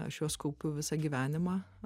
aš juos kaupiu visą gyvenimą